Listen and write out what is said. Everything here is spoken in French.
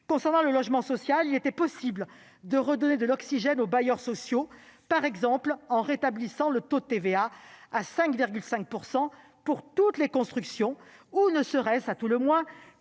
concerne le logement social, il était possible de redonner de l'oxygène aux bailleurs, par exemple en rétablissant le taux de TVA à 5,5 % pour toutes leurs constructions, à tout le moins